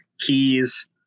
keys